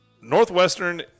Northwestern